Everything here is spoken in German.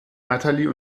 natalie